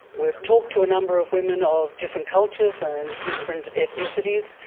we've talked to a number of women of different cultures and different ethnicities,